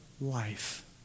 life